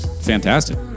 fantastic